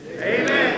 Amen